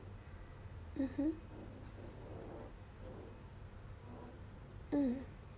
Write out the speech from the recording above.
mmhmm mm